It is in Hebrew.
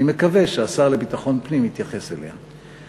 אני מקווה שהשר לביטחון פנים יתייחס אליה.